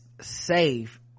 safe